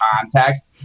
context